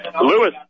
Lewis